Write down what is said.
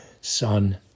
son